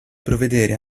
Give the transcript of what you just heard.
provvedere